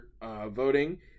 voting